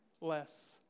less